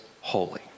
holy